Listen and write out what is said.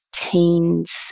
teens